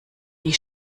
die